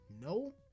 No